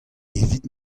evit